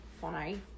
funny